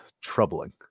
troubling